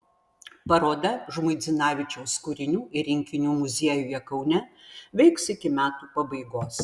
paroda žmuidzinavičiaus kūrinių ir rinkinių muziejuje kaune veiks iki metų pabaigos